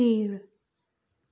केळ